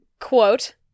Quote